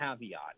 caveat